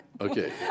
Okay